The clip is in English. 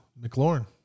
McLaurin